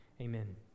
Amen